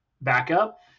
backup